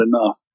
enough